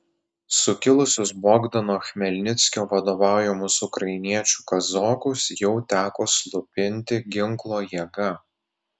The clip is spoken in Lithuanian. sukilusius bogdano chmelnickio vadovaujamus ukrainiečių kazokus jau teko slopinti ginklo jėga